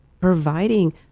providing